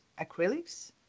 acrylics